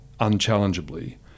unchallengeably